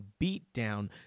beatdown